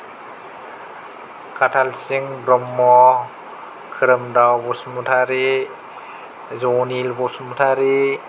खाथालसिं ब्रह्म खोरोमदाव बसुमतारी जनिल बसुमतारी